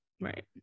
Right